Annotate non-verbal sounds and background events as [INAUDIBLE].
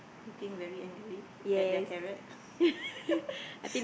looking very angry at their carrot [LAUGHS]